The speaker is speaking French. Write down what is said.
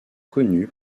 connu